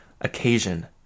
occasion